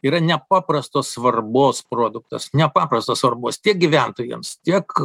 yra nepaprastos svarbos produktas nepaprastos svarbos tiek gyventojams tiek